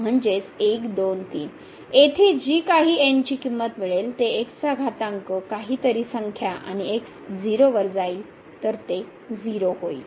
म्हणजेच 1 2 3 येथे जि काही n ची किंमत मिळेल ते x चा घातांक काहीतरी संख्या आणि x 0 वर जाईल तर ते 0 होईल